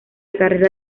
carrera